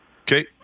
Okay